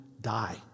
die